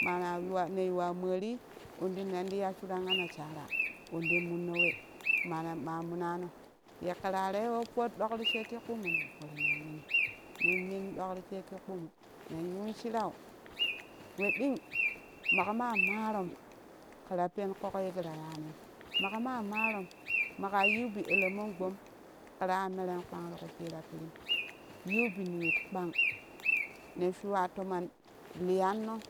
Mana yuwa ne yuwa mori wende nenti ya shuran ana shara wenden munno we mane ma munana ye kerarei we fodɗokti shekki ƙpur mu nen fori nen mini nen minɗok ti shekki ƙpimmu nen yun shirau we ɗin makema marom keragen kogho ye kera yanim makema marom maka yiu bi ele mon gbom kera ya meren kpan tiku pira ta pirim yiu bi niwit kpan ne shuwa toman liyanno